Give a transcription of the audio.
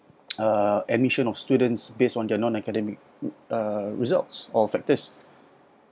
uh admission of students based on their non-academic results or factors